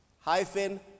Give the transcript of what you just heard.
hyphen